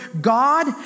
God